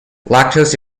lactose